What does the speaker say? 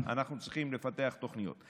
לבטח לנו את המכוניות.